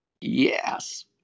Yes